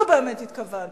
לו באמת התכוונת,